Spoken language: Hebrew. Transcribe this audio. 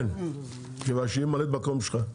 כן, מכיוון שהיא ממלאת מקום שלך,